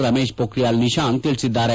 ರಮೇಶ್ ಪೋಖ್ರಿಯಾಲ್ ನಿಶಾಂಕ್ ತಿಳಿಸಿದ್ದಾರೆ